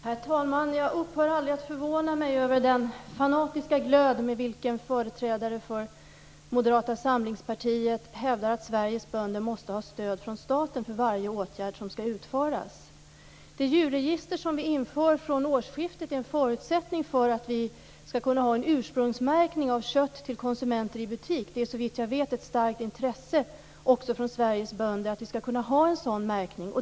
Herr talman! Jag upphör aldrig att förvåna mig över den fanatiska glöd med vilken företrädare för Moderata samlingspartiet hävdar att Sveriges bönder måste ha stöd från staten för varje åtgärd som skall vidtas. Det djurregister som skall införas från årsskiftet är en förutsättning för att vi skall kunna ha ursprungsmärkning på kött till nytta för butikskonsumenter. Såvitt jag vet är det ett starkt intresse också från Sveriges bönder att vi skall kunna ha en sådan märkning.